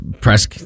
press